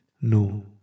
No